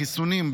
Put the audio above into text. חיסונים,